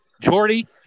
Jordy